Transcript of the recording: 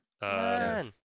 Man